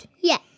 Yes